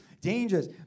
dangerous